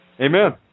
Amen